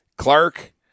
Clark